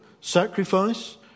sacrifice